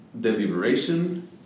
deliberation